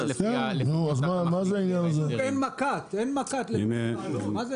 אין מק"ט ל --- לא,